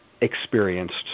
experienced